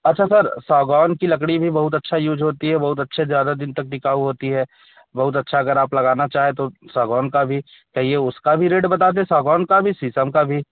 अच्छा सर सागवान की लकड़ी भी बहुत अच्छा यूज़ होती है बहुत अच्छा ज़्यादा दिन तक टिकाऊ होती है बहुत अच्छा अगर आप लगाना चाहें तो सागवान की भी कहिए उसका भी रेट बता दें सागवान का भी शीशम का भी